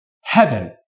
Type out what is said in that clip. heaven